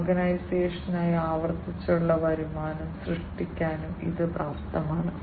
ഓർഗനൈസേഷനായി ആവർത്തിച്ചുള്ള വരുമാനം സൃഷ്ടിക്കാനും ഇത് പ്രാപ്തമാണ്